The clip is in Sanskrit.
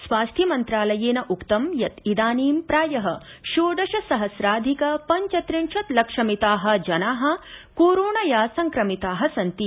स्वास्थ्य मन्त्रालयेन उक्तं यत् इदानीं प्रायः षोडश सहस्राधिक पञ्चत्रिंशत् लक्ष मिताः जनाः कोरोणया संक्रमिताः सन्ति